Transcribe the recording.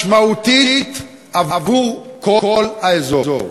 משמעותית עבור כל האזור.